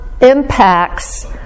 impacts